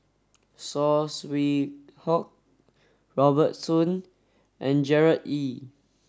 Saw Swee Hock Robert Soon and Gerard Ee